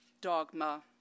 dogma